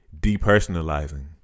depersonalizing